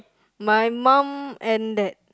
my mum and that